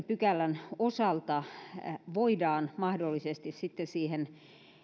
pykälän osalta voidaan mahdollisesti sitten siihen